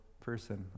person